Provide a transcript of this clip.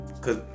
cause